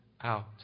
out